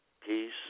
peace